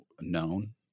known